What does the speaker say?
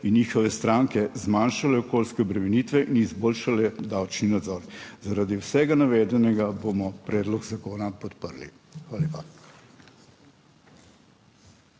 in njihove stranke, zmanjšale okoljske obremenitve in izboljšale davčni nadzor. Zaradi vsega navedenega bomo predlog zakona podprli. Hvala